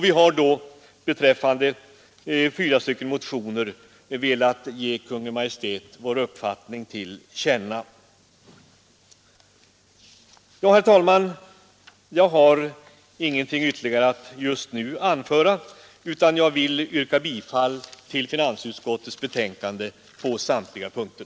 Vi har då beträffande fyra motioner velat ge Kungl. Maj:t vår uppfattning till känna. Herr talman! Jag har ingenting ytterligare att just nu anföra, utan jag vill yrka bifall till finansutskottets hemställan på samtliga punkter.